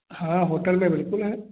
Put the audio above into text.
हाँ होटल में बिल्कुल है